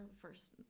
first